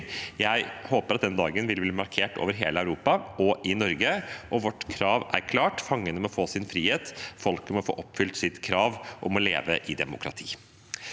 Jeg håper at den dagen vil bli markert over hele Europa og i Norge, og vårt krav er klart: Fangene må få sin frihet, og folk må få oppfylt sitt krav om å leve i et demokrati.